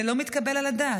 זה לא מתקבל על הדעת.